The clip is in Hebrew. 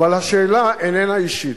אבל השאלה איננה אישית.